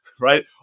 right